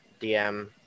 DM